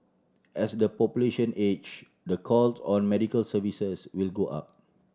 as the population age the calls on medical services will go up